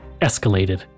escalated